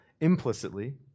implicitly